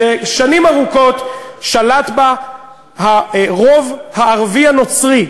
ששנים ארוכות שלט בה הרוב הערבי הנוצרי,